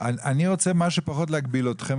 אני רוצה כמה שפחות להגביל אתכם.